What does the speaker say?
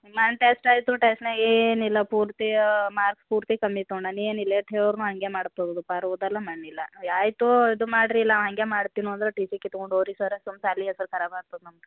test ಆಯ್ತು ಟೆಸ್ಟ್ನ್ಯಾಗ ಏನಿಲ್ಲ ಪೂರ್ತಿ ಮಾರ್ಕ್ಸ್ ಪೂರ್ತಿ ಕಮ್ಮಿ ತೊಂಡಾನ ಏನಿಲ್ಲ ಎಷ್ಟು ಹೇಳಿರ್ನು ಹಾಗೆ ಮಾಡ್ಕೊ ಇಲ್ಲ ಆಯ್ತು ಇದು ಮಾಡ್ರಿಲ್ಲ ಅವ ಹಾಗೆ ಮಾಡ್ತೀವಿ ನೋಡಿರಿ ಟಿ ಸಿ ಕಿತ್ಕೊಂಡು ಹೋಗ್ರಿ ಸರ್ ಸುಮ್ಮ ಸಾಲೆ ಹೆಸ್ರು ಖರಾಬ್ ಆಗ್ತದೆ ನಮ್ದು